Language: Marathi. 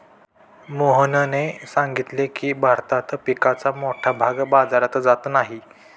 मोहनने सांगितले की, भारतात पिकाचा मोठा भाग बाजारात जात नाही